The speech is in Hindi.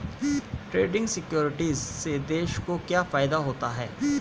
ट्रेडिंग सिक्योरिटीज़ से देश को क्या फायदा होता है?